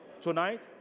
tonight